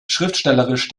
schriftstellerisch